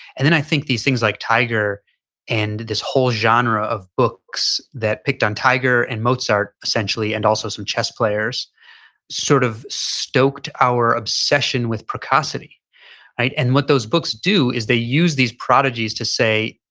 then i think these things like tiger and this whole genre of books that picked on tiger and mozart essentially and also some chess players sort of stoked our obsession with precocity and what those books do is they use these prodigies to say,